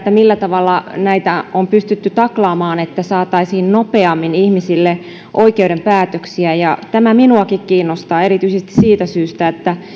millä tavalla tätä on pystytty taklaamaan että saataisiin nopeammin ihmisille oikeuden päätöksiä tämä minuakin kiinnostaa erityisesti siitä syystä että